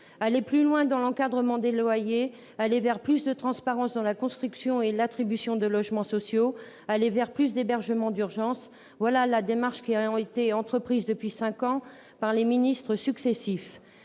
Aller plus loin dans l'encadrement des loyers, aller vers plus de transparence dans la construction et l'attribution de logements sociaux, aller vers plus d'hébergement d'urgence, voilà la démarche qui a été entreprise depuis cinq ans par les ministres successifs.